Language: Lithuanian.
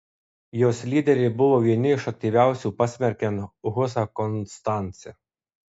jos lyderiai buvo vieni iš aktyviausių pasmerkiant husą konstance